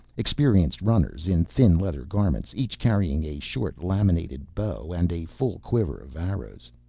experienced runners, in thin leather garments each carrying a short, laminated bow and a full quiver of arrows.